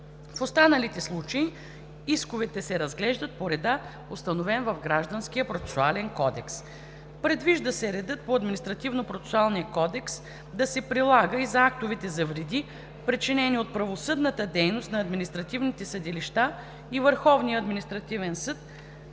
В останалите случаи исковете се разглеждат по реда, установен в Гражданския процесуален кодекс. Предвижда се редът по Административнопроцесуалния кодекс да се прилага и за исковете за вреди, причинени от правосъдната дейност на административните съдилища и Върховния административен съд,